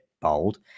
bold